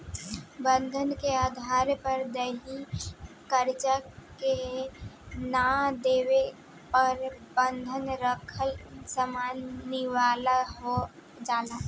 बंधक के आधार पर दिहल कर्जा के ना देवे पर बंधक रखल सामान नीलाम हो जाला